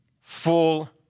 Full